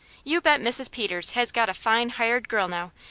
you bet mrs. peters has got a fine hired girl now,